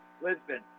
Lisbon